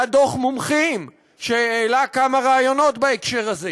היה דוח מומחים שהעלה כמה רעיונות בהקשר הזה,